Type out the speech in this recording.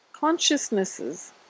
consciousnesses